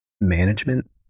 management